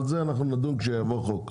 אבל על זה נדון כשיבוא חוק.